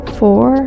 four